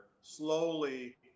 slowly